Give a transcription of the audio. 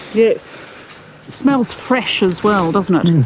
it smells fresh as well, doesn't it.